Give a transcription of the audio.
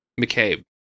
McCabe